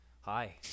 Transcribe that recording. Hi